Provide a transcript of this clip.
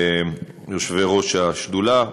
יושבי-ראש השדולה,